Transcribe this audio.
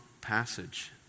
passage